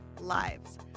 lives